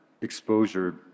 exposure